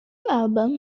album